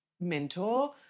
mentor